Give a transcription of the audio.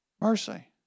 mercy